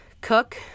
cook